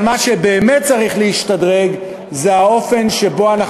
אבל מה שבאמת צריך להשתדרג זה האופן שבו אנחנו